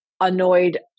annoyed